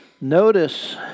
Notice